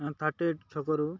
thirty eight ଛକରୁ